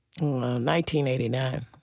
1989